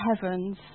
heavens